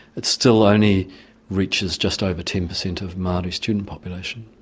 it still only reaches just over ten percent of maori student population.